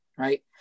Right